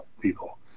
people